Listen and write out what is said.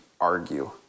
argue